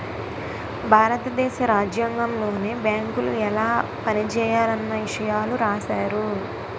భారత దేశ రాజ్యాంగంలోనే బేంకులు ఎలా పనిజేయాలన్న ఇసయాలు రాశారు